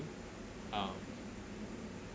um